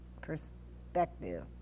perspective